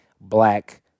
black